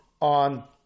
on